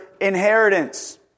inheritance